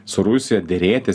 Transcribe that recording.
su rusija derėtis